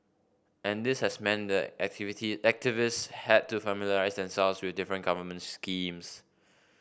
and this has meant that activity activists had to familiarise themselves with different government schemes